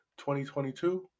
2022